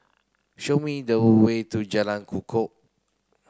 show me the way to Jalan Kukoh